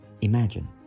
Imagine